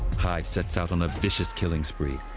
hyde sets out on a vicious killing spree.